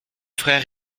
frères